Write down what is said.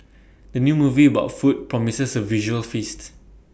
the new movie about food promises A visual feast